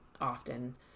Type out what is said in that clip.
often